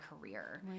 career